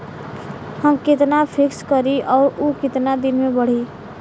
हम कितना फिक्स करी और ऊ कितना दिन में बड़ी?